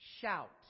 shout